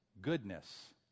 goodness